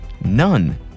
none